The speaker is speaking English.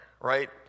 right